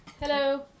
Hello